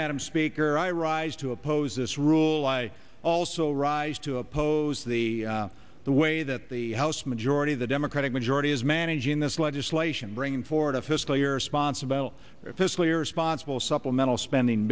madam speaker i rise to oppose this rule i also rise to oppose the the way that the house majority the democratic majority is managing this legislation bringing forward a fiscally irresponsible fiscally irresponsible supplemental spending